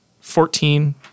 Fourteen